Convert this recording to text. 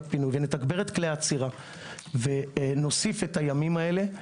פינוי ונתגבר את כלי העצירה ונוסיף את הימים האלה,